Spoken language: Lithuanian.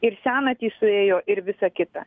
ir senatys suėjo ir visa kita